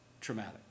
traumatic